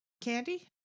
candy